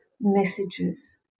messages